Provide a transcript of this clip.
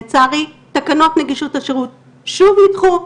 לצערי תקנות נגישות השירות שוב נדחו.